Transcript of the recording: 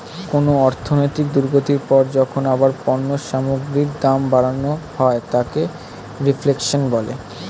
কোনো অর্থনৈতিক দুর্গতির পর যখন আবার পণ্য সামগ্রীর দাম বাড়ানো হয় তাকে রিফ্লেশন বলে